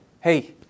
hey